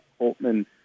Holtman